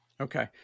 Okay